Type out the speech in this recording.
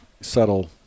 subtle